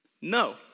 No